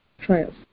trials